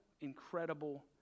incredible